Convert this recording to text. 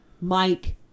Mike